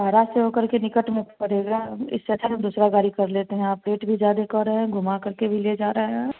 महाराष्ट्र से हो करके निकट में पड़ेगा इससे अच्छा तो दूसरा गाड़ी कर लेते हैं आप रेट भी ज्यादा कहरहे घुमा करके भी ले जा रहे हैं